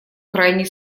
крайний